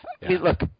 look